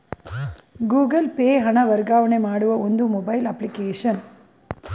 Google Pay ಹಣ ವರ್ಗಾವಣೆ ಮಾಡುವ ಒಂದು ಮೊಬೈಲ್ ಅಪ್ಲಿಕೇಶನ್